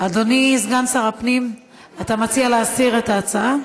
אדוני סגן שר הפנים, אתה מציע להסיר את ההצעה?